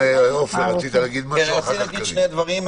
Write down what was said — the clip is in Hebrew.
רציתי להגיד שני דברים.